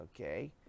Okay